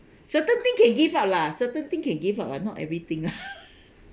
certain thing can give up lah certain thing can give up ah not everything lah